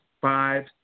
five